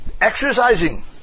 exercising